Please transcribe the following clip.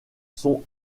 sont